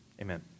Amen